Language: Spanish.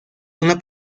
una